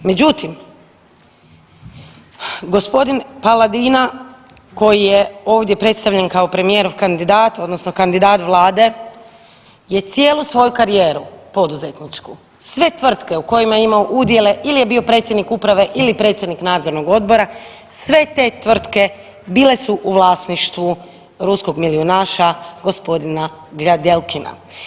Međutim, g. Paladina koji je ovdje predstavljen kao premijerov kandidat odnosno kandidat Vlade je cijelu svoju karijeru poduzetničku, sve tvrtke u kojima je imao udjele ili je bio predsjednik uprave ili predsjednik nadzornog odbora, sve te tvrtke bile u su vlasništvu ruskog milijunaša g. Gljardekina.